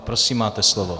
Prosím, máte slovo.